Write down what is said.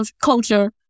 culture